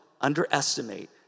underestimate